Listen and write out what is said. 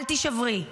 אל תישברי.